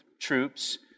troops